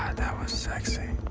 ah that was sexy.